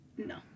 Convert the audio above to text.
No